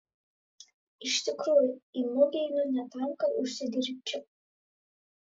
iš tikrųjų į mugę einu ne tam kad užsidirbčiau